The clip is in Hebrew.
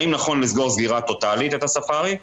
האם נכון לסגור סגירה טוטאלית את הספארי?